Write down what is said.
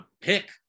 pick